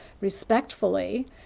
respectfully